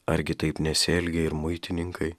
argi taip nesielgia ir muitininkai